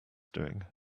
doing